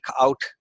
out